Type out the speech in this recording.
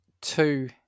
Two